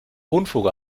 unfug